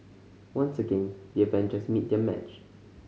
once again the Avengers meet their match